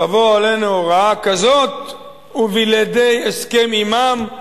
תבוא עלינו רעה כזאת, ובלעדי הסכם עמם,